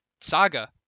saga